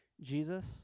Jesus